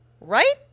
Right